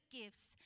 gifts